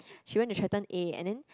she went to threaten A and then